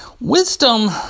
wisdom